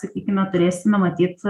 sakykime turėsime matyt